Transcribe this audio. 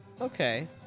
okay